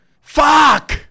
Fuck